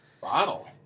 Bottle